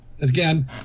Again